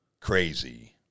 crazy